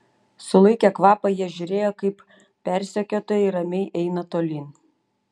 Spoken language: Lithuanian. sulaikę kvapą jie žiūrėjo kaip persekiotojai ramiai eina tolyn